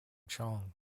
chong